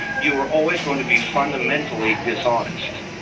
you're always going to be fundamentally dishonest.